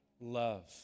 love